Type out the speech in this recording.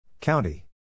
County